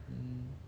mm